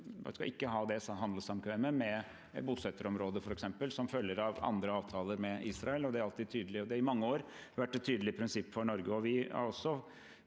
f.eks. ikke ha det handelssamkvemmet med bosetterområdet som følger av andre avtaler med Israel. Det har i mange år vært et tydelig prinsipp for Norge, og det er